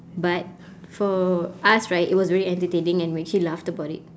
but for us right it was very entertaining and we actually laughed about it